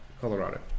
Colorado